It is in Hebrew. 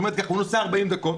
כלומר הוא נוסע 40 דקות,